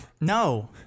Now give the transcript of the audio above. No